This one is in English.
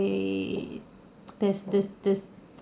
I this this this